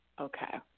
Okay